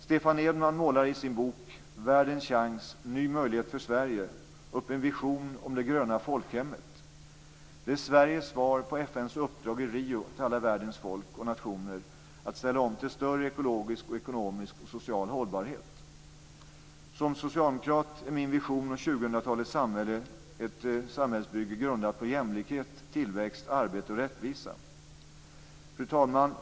Stefan Edman målar i sin bok Världens chans. Ny möjlighet för Sverige upp en vision om det gröna folkhemmet som är Sveriges svar på FN:s uppdrag i Rio till alla världens folk och nationer att ställa om till större ekologisk, ekonomisk och social hållbarhet. Som socialdemokrat är min vision om 2000-talets samhälle ett samhällsbygge grundat på jämlikhet, tillväxt, arbete och rättvisa. Fru talman!